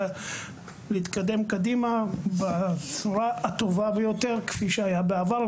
להתקדם קדימה בצורה הטובה ביותר כפי שהיה בעבר.